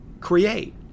create